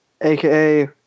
aka